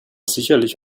sicherlich